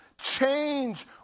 change